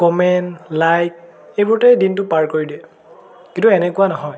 comment like এইবোৰতে দিনটো পাৰ কৰি দিয়ে কিন্তু এনেকুৱা নহয়